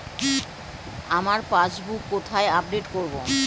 আমার পাসবুক কোথায় আপডেট করব?